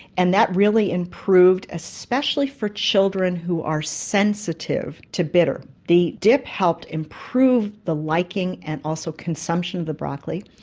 and that really improved, especially for children who are sensitive to bitter, the dip helped improve the liking and also consumption of the broccoli.